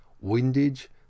windage